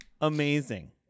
amazing